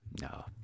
No